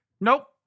Nope